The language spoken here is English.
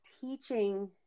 teaching